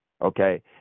okay